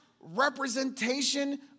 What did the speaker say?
representation